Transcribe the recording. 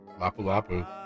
Lapu-Lapu